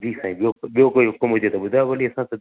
जी साई ॿियो को ॿियो कोई हुक़ुमु हुजे त ॿुधायो भली असांखे